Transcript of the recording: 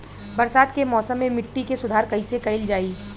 बरसात के मौसम में मिट्टी के सुधार कइसे कइल जाई?